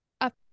up